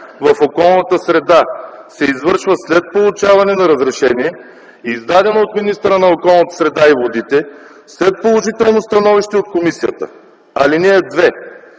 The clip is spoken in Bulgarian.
в околната среда се извършва след получаване на разрешение, издадено от министъра на околната среда и водите, след положително становище от комисията. (2)